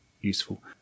useful